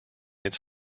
its